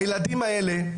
הילדים האלה,